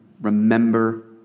remember